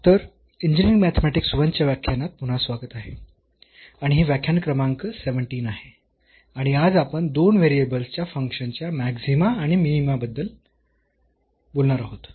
तर engineering mathematics I च्या व्याख्यानात पुन्हा स्वागत आहे आणि हे व्याख्यान क्रमांक 17 आहे आणि आज आपण दोन व्हेरिएबल्सच्या फंक्शन्सच्या मॅक्सीमा आणि मिनीमा बद्दल आहोत